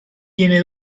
tiene